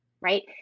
right